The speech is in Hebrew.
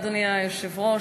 אדוני היושב-ראש,